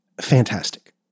fantastic